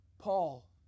Paul